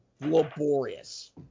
laborious